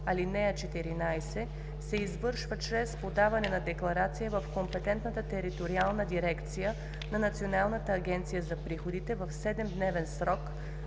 ал. 14 се извършва чрез подаване на декларация в компетентната териториална дирекция на Националната агенция за приходите в 7-дневен срок